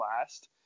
last